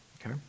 Okay